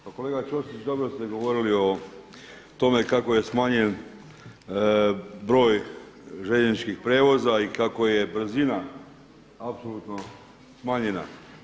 Pa kolega Ćosić, dobro ste govorili o tome kako je smanjen broj željezničkih prijevoza i kako je brzina apsolutno smanjenja.